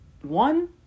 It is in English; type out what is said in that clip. one